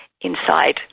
inside